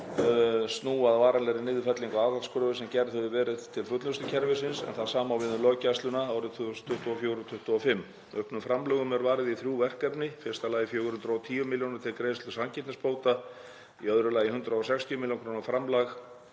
snúa að varanlegri niðurfellingu aðhaldskröfu sem gerð hefur verið til fullnustukerfisins en það sama á við um löggæsluna árið 2024 eða 2025. Auknum framlögum er varið í þrjú verkefni. Í fyrsta lagi 410 milljónir til greiðslu sanngirnisbóta, í öðru lagi 160 millj. kr. framlag